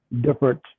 different